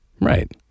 right